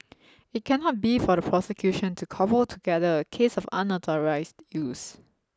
it cannot be for the prosecution to cobble together a case of unauthorised use